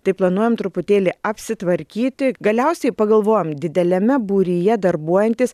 tai planuojam truputėlį apsitvarkyti galiausiai pagalvojom dideliame būryje darbuojantis